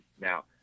now